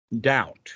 doubt